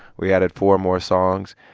we added four more songs.